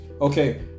Okay